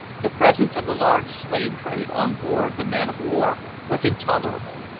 the presence of the large slave-freight on board the man-of-war was intolerable.